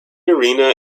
arena